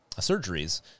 surgeries